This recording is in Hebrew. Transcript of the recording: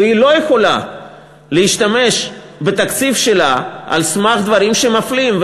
והיא לא יכולה להשתמש בתקציב שלה על סמך דברים שמפלים.